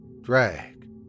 Drag